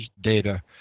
data